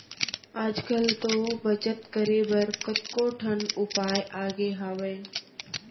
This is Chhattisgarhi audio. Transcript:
आज कल तो बचत करे बर कतको ठन उपाय आगे हावय